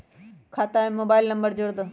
खाता में mobile number जोड़ दहु?